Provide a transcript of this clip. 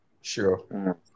Sure